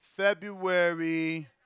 February